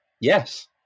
Yes